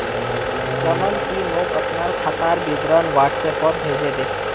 रमन ती मोक अपनार खातार विवरण व्हाट्सएपोत भेजे दे